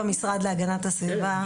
למשרד להגנת הסביבה.